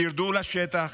תרדו לשטח,